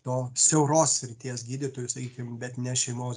to siauros srities gydytojų sakykim bet ne šeimos